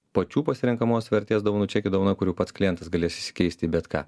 pačių pasirenkamos vertės dovanų čekio dovana kur jau pats klientas galės išsikeisti į bet ką